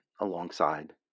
alongside